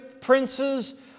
princes